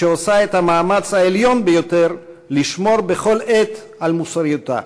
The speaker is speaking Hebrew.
שעושה את המאמץ העליון ביותר לשמור בכל עת על מוסריותה.